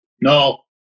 No